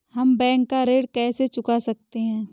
हम बैंक का ऋण कैसे चुका सकते हैं?